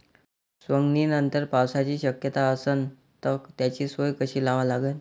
सवंगनीनंतर पावसाची शक्यता असन त त्याची सोय कशी लावा लागन?